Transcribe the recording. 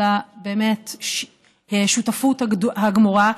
על השותפות הגמורה,